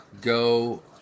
go